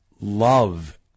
love